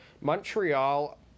Montreal